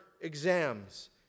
exams